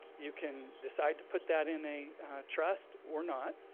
you can decide to put that in a trust or not,